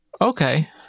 Okay